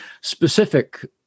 specific